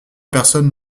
personnes